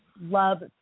love